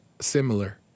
similar